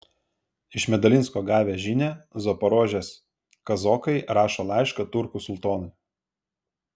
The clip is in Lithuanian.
iš medalinsko gavę žinią zaporožės kazokai rašo laišką turkų sultonui